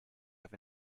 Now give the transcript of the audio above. have